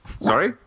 Sorry